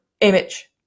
image